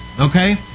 okay